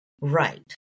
right